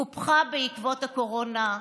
קופחה בעקבות הקורונה.